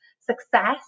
success